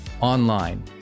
online